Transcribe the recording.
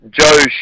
Joe